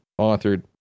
authored